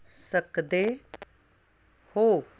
ਸਕਦੇ ਹੋ